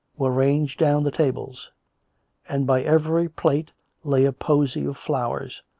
were ranged down the tables and by every plate lay a posy of flowers.